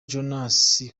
jonas